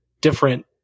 different